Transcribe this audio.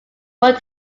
one